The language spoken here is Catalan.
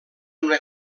una